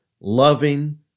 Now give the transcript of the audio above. loving